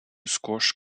squash